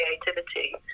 creativity